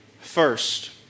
first